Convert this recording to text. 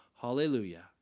hallelujah